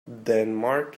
denmark